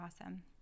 awesome